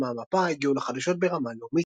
מהמפה הגיעו לחדשות ברמה לאומית.